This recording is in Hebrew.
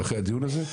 אחרי הדיון הזה,